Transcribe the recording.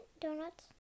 donuts